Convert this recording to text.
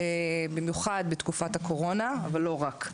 במיוחד בתקופת הקורונה אבל לא רק.